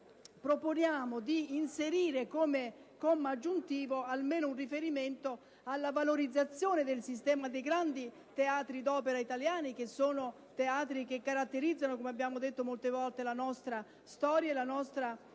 Noi proponiamo di inserire come comma aggiuntivo almeno un riferimento alla valorizzazione del sistema dei grandi teatri d'opera italiani che caratterizzano, come abbiamo detto molte volte, la nostra storia e la nostra